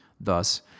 Thus